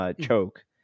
choke